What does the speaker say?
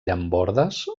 llambordes